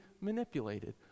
manipulated